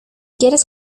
quieres